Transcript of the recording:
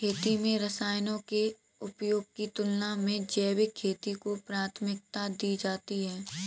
खेती में रसायनों के उपयोग की तुलना में जैविक खेती को प्राथमिकता दी जाती है